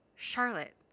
Charlotte